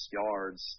yards